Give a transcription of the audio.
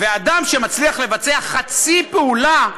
אדם שמצליח לבצע חצי פעולה,